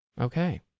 Okay